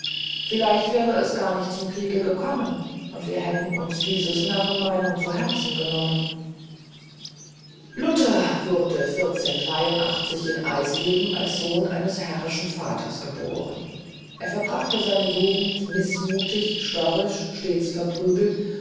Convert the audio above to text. vielleicht wäre es nicht zum kriege gekommen und wir hätten uns dieses narren meinung zu herzen genommen luther wurde in eisleben als sohn eines herrischen vaters geboren er verbrachte seine jugend mißmutig störrisch verprügelt